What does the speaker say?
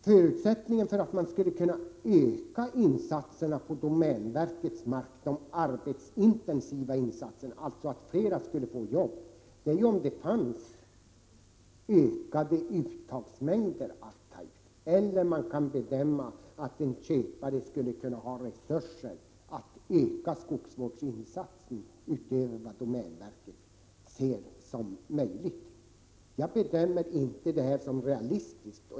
Förutsättningen för att kunna öka de arbetsintensiva insatserna på domänverkets mark, alltså att flera skulle få jobb, är ju att man kan ta ut större uttagsmängder eller att man kan bedöma att en köpare skulle ha resurser att öka skogsvårdsinsatsen utöver vad domänverket ser som möjligt. Jag bedömer inte detta som realistiskt.